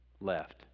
left